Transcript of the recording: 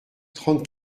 trente